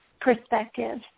perspective